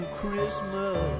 Christmas